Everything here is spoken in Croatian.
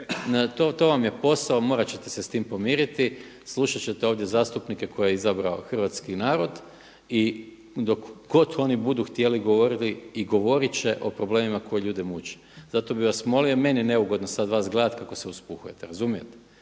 To vam je posao, morat ćete se s tim pomiriti. Slušat ćete ovdje zastupnike koje je izabrao hrvatski narod. I dok oni budu htjeli govoriti i govorit će o problemima koji ljude muče. Zato bih vas molio i meni je neugodno sad vas gledati kako se uspuhujete. Razumijete?